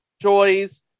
joys